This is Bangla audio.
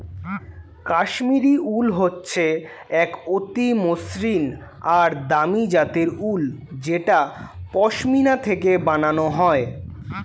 কাশ্মীরি উল হচ্ছে এক অতি মসৃন আর দামি জাতের উল যেটা পশমিনা থেকে বানানো হয়